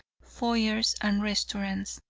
foyers and restaurants.